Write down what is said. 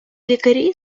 лікарі